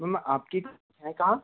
ma'am आपकी ma'am कहाँ